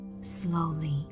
slowly